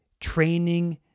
training